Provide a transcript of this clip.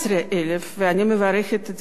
אני מברכת את ועדת הכספים,